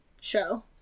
show